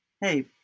Hey